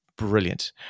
brilliant